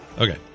Okay